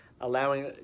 allowing